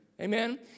Amen